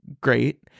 Great